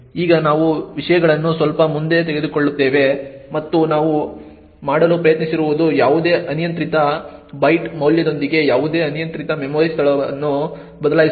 ಈಗ ನಾವು ವಿಷಯಗಳನ್ನು ಸ್ವಲ್ಪ ಮುಂದೆ ತೆಗೆದುಕೊಳ್ಳುತ್ತೇವೆ ಮತ್ತು ನಾವು ಮಾಡಲು ಪ್ರಯತ್ನಿಸುತ್ತಿರುವುದು ಯಾವುದೇ ಅನಿಯಂತ್ರಿತ ಬೈಟ್ ಮೌಲ್ಯದೊಂದಿಗೆ ಯಾವುದೇ ಅನಿಯಂತ್ರಿತ ಮೆಮೊರಿ ಸ್ಥಳವನ್ನು ಬದಲಾಯಿಸುವುದು